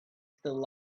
still